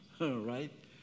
right